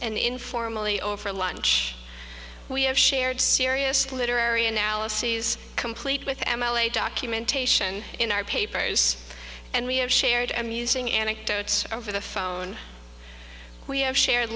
and informally over lunch we have shared serious literary analyses complete with m l a documentation in our papers and we have shared amusing anecdotes over the phone we have shared